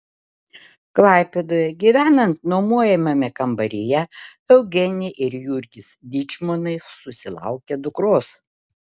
klaipėdoje gyvenant nuomojamame kambaryje eugenija ir jurgis dyčmonai susilaukė dukros